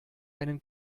einen